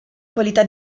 qualità